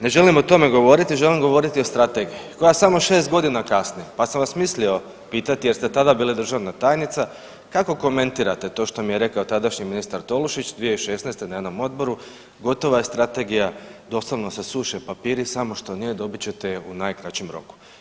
Ne želim o tome govoriti, želim govoriti o strategiji koja samo 6.g. kasni, pa sam vas mislio pitati jer ste tada bili državna tajnica, kako komentirate to što mi je rekao tadašnji ministar Tolušić 2016. na jednom odboru, gotova je strategija, doslovno se suše papiru, samo što nije, dobit ćete je u najkraćem roku.